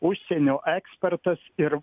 užsienio ekspertas ir